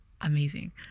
Amazing